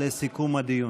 לסיכום הדיון.